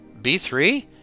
B3